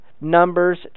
Numbers